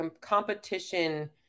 competition